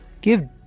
Give